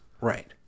Right